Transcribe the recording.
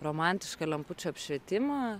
romantišką lempučių apšvietimą